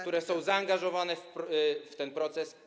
które są zaangażowane w ten proces.